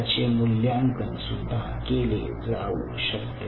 त्याचे मूल्यांकन सुद्धा केले जाऊ शकते